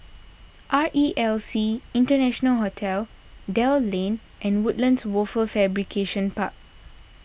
R E L C International Hotel Dell Lane and Woodlands Wafer Fabrication Park